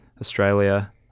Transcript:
Australia